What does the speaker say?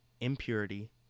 impurity